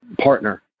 partner